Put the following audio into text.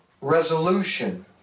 resolution